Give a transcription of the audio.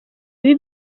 bibi